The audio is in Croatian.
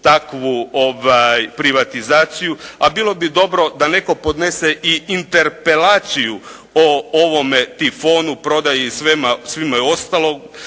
takvu privatizaciju? A bilo bi dobro da netko podnese i interpelaciju o ovome Tifonu, prodaji i svemu ostalom,